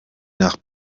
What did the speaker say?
nach